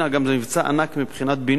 זה גם מבצע ענק מבחינת בינוי.